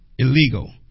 Illegal